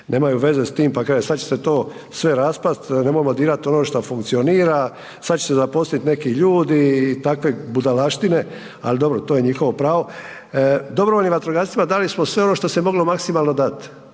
nemaju veze s tim pa kažu sada će se to sve raspasti, nemojmo dirati ono šta funkcionira, sada će se zaposliti neki ljudi i takve budalaštine, ali dobro to je njihovo pravo. Dobrovoljnim vatrogascima dali smo sve ono što se moglo maksimalno dati